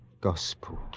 gospel